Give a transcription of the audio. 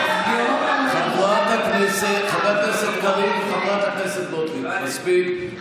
חבר הכנסת קריב וחברת הכנסת גוטליב, מספיק.